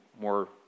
More